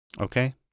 Okay